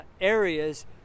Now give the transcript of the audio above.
areas